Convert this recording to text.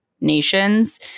nations